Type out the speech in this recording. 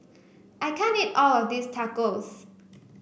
I can't eat all of this Tacos